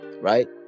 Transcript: right